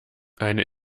eine